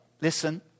Listen